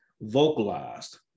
vocalized